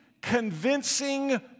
convincing